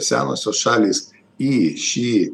senosios šalys į šį